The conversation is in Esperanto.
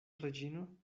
reĝino